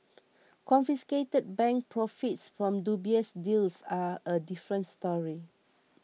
confiscated bank profits from dubious deals are a different story